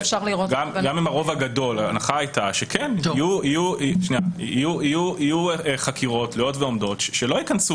ואפשר לראות --- ההנחה הייתה שיהיו חקירות תלויות ועומדות שלא ייכנסו